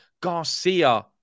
Garcia